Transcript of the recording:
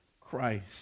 Christ